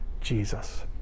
Jesus